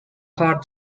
hard